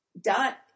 Dot